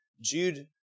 Jude